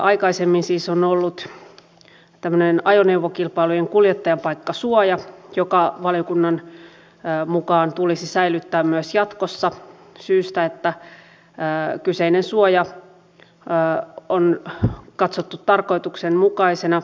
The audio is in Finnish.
aikaisemmin siis on ollut tämmöinen ajoneuvokilpailujen kuljettajanpaikkasuoja joka valiokunnan mukaan tulisi säilyttää myös jatkossa syystä että kyseinen suoja on katsottu tarkoituksenmukaiseksi